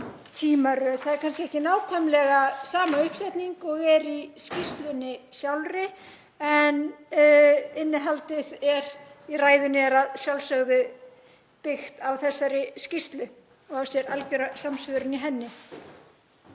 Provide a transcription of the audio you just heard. það er kannski ekki nákvæmlega sama uppsetning og er í skýrslunni sjálfri en innihaldið í ræðunni er að sjálfsögðu byggt á þessari skýrslu og á sér algjöra samsvörun í henni.